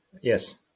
yes